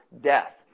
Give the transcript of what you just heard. death